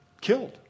killed